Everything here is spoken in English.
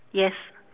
yes